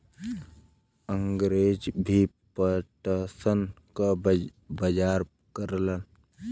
अंगरेज भी पटसन क बजार करलन